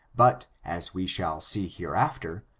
but, as we shall see hereafter,